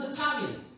Italian